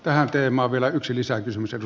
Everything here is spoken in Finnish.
tähän teemaan vielä yksi lisäkysymys